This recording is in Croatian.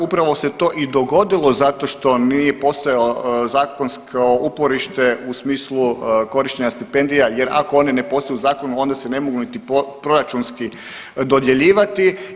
Upravo se to i dogodilo zato što nije postojalo zakonsko uporište u smislu korištenja stipendija, jer ako one ne posluju zakonu onda se ne mogu niti proračunski dodjeljivati.